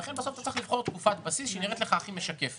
לכן בסוף צריך לבחור תקופת בסיס שנראית הכי משקפת.